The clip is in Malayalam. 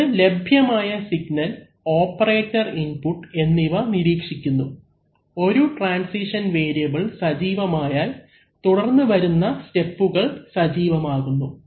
ഇത് ലഭ്യമായ സിഗ്നൽ ഓപ്പറേറ്റർ ഇൻപുട്ട് എന്നിവ നിരീക്ഷിക്കുന്നു ഒരു ട്രാൻസിഷൻ വേരിയബിൽ സജീവമായാൽ തുടർന്ന് വരുന്ന സ്റ്റെപ്കൾ സജീവമാകുന്നു